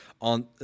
on